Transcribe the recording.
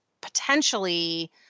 potentially